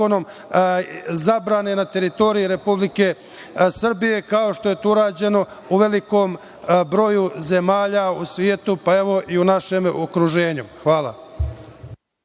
zakonom zabrane na teritoriji Republike Srbije, kao što je to urađeno u velikom broju zemalja u svetu, pa evo i u našem okruženju. Hvala.